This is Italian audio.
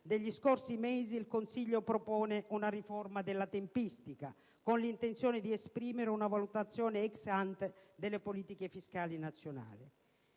degli scorsi mesi, il Consiglio propone una riforma della tempistica, con l'intenzione di esprimere una valutazione *ex ante* rispetto alle politiche fiscali nazionali.